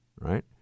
right